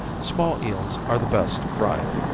small eels are the best fried.